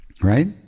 Right